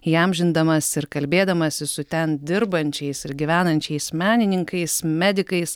įamžindamas ir kalbėdamasis su ten dirbančiais ir gyvenančiais menininkais medikais